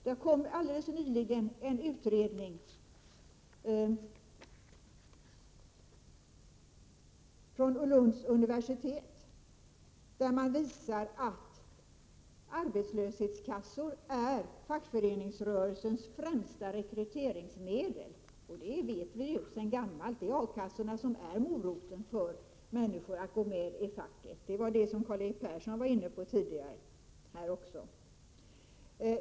Det kom alldeles nyligen en utredning från Lunds universitet som visar att fackföreningsrörelsens främsta rekryteringsmedel är arbetslöshetskassorna. Det vet vi sedan gammalt. A-kassorna är moroten för människorna att gå med i facket. Detta var också Karl-Erik Persson inne på tidigare.